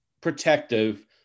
protective